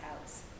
house